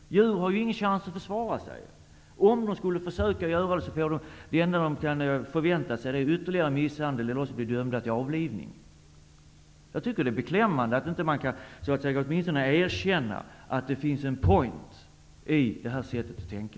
Djuren har ju ingen chans att försvara sig. Om de försöker försvara sig kan de bara förvänta sig ytterligare misshandel eller avlivning. Jag tycker att det är beklämmande att man inte kan erkänna att det finns en poäng i detta sätt att tänka.